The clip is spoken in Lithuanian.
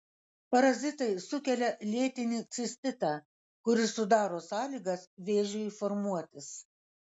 parazitai sukelia lėtinį cistitą kuris sudaro sąlygas vėžiui formuotis